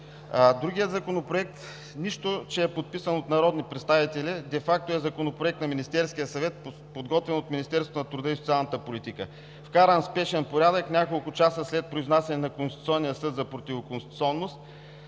Другият законопроект, нищо че е подписан от народни представители, де факто е Законопроект на Министерския съвет, подготвен от Министерството на труда и социалната политика, вкаран в спешен порядък няколко часа след произнасяне на Конституционния съд за противоконституционност